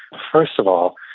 first of all,